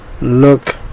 Look